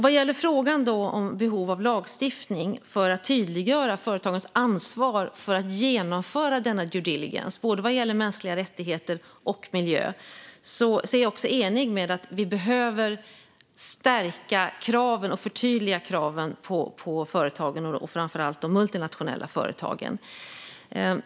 Vad gäller frågan om behov av lagstiftning för att tydliggöra företagens ansvar för att genomföra denna due diligence både vad gäller mänskliga rättigheter och vad gäller miljö håller jag med om att vi behöver stärka och förtydliga kraven på företagen, framför allt på de multinationella företagen.